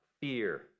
fear